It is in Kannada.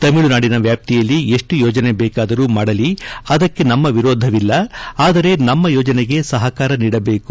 ತಮಿಳುನಾಡಿನ ವ್ಯಾಪ್ತಿಯಲ್ಲಿ ಎಷ್ಟು ಯೋಜನೆ ಬೇಕಾದರೂ ಮಾಡಲಿ ಅದಕ್ಕೆ ನಮ್ಮ ವಿರೋಧವಿಲ್ಲ ಆದರೆ ನಮ್ಮ ಯೋಜನೆಗೆ ಸಹಕಾರ ನೀಡಬೇಕು